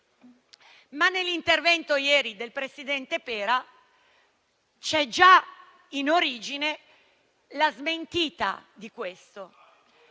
Nell'intervento ieri del presidente Pera c'è però già in origine la smentita di questo.